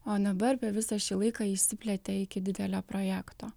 o dabar per visą šį laiką išsiplėtė iki didelio projekto